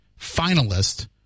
finalist